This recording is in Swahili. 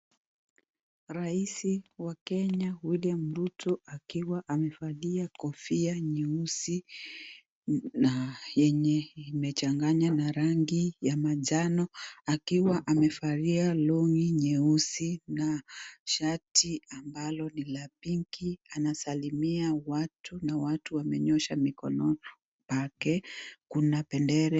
Rais wa Kenya William Ruto akiwa amevalia kofia nyeusi na yenye imechanganya na rangi ya manjano akiwa amevalia longi nyeusi na shati ambalo ni la pinki anasalimia watu na watu wamenyosha mikono yake kuna bendera.